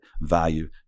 value